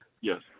yes